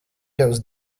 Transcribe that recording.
those